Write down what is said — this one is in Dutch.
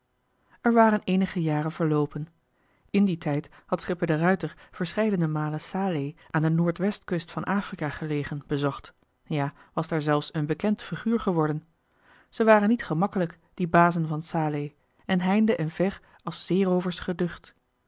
er waren eenige jaren verloopen in dien tijd had schipper de ruijter verscheidene malen salé aan de noord westkust van afrika gelegen bezocht ja was daar zelfs een bekend figuur geworden ze waren niet gemakkelijk die bazen van salé en heinde en ver als zeeroovers geducht